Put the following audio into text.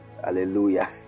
Hallelujah